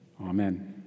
Amen